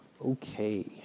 Okay